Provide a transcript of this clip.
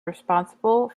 responsible